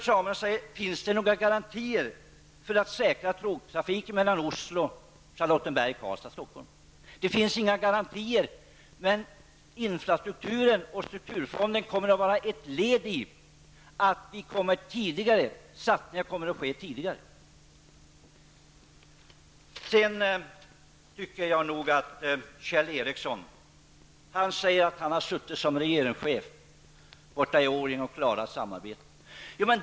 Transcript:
Karlstad--Stockholm säkras. Det finns inga garantier, men infrastrukturen och strukturfonden kommer att medverka till att satsningar kommer att ske tidigare. Kjell Ericsson säger att han har suttit som regeringschef i Årjäng och klarat samarbetet.